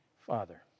father